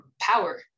power